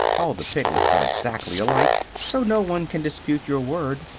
all the piglets are exactly alike, so no one can dispute your word.